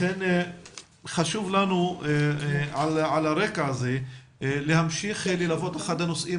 על הרקע הזה חשוב לנו להמשיך וללוות - אחד הנושאים